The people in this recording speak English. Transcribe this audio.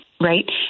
Right